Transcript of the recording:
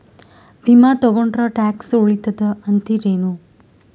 ವಿಮಾ ತೊಗೊಂಡ್ರ ಟ್ಯಾಕ್ಸ ಉಳಿತದ ಅಂತಿರೇನು?